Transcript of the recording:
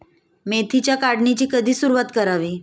मेथीच्या काढणीची कधी सुरूवात करावी?